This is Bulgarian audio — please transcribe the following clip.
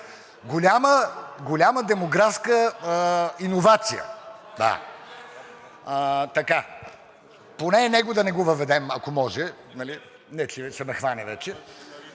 голяма демографска иновация. Поне него да не го въведем, ако може, не че ще ме хване вече.